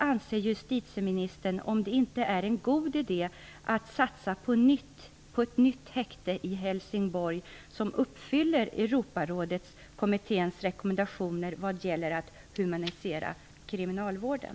Anser justitieministern inte att det vore en god idé att satsa på ett nytt häkte i Helsingborg, ett häkte som uppfyller Europarådets kommittés rekommendationer vad gäller humanisering av kriminalvården?